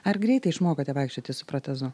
ar greitai išmokote vaikščioti su protezu